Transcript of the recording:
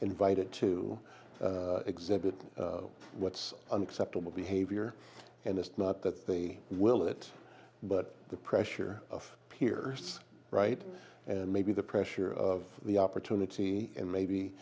invited to exhibit what's unacceptable behavior and it's not that they will it but the pressure of pierce right and maybe the pressure of the opportunity and maybe